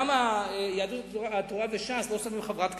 למה יהדות התורה וש"ס לא שמים חברת כנסת.